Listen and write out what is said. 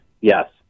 Yes